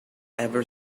ever